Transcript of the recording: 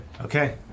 Okay